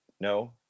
No